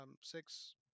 six